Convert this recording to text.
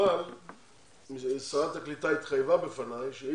אבל שרת הקליטה התחייבה בפניי שהיא